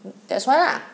that's why lah